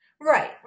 right